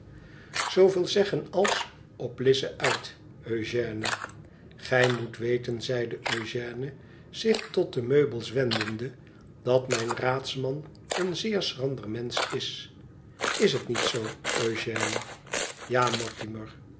zooveel zeggen als op lize uit eugène gij moet weten zeide eugène zich tot de meubels wendende dat mijn raadsmiüi een zeer schrander mensch is is het niet zoo eugène ja mortimer